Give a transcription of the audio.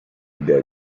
idea